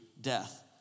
death